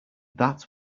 that